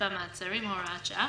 באמצעים טכנולוגיים (הוראת שעה,